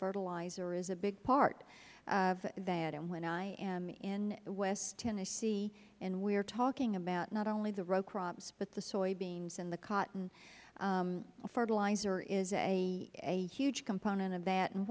fertilizer is a big part of that and when i am in west tennessee and we are talking about not only the row crops but the soybeans and the cotton fertilizer is a huge component of that